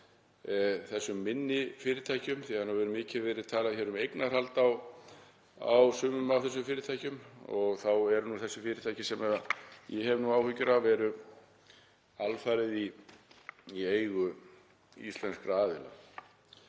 þessum minni fyrirtækjum, því að það hefur mikið verið talað hér um eignarhald á sumum af þessum fyrirtækjum og þessi fyrirtæki sem ég hef áhyggjur af eru alfarið í eigu íslenskra aðila.